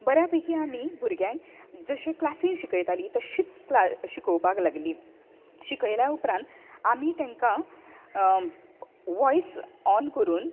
बऱ्या पैकी आमी भुरग्यांक जशें क्लासीत शिकयतालीं तशींत क्ला शिकोवपाक लागलीं शिकयल्या उपरांत आमी तेंकां वाॅयस ऑन करून